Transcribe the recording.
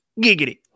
Giggity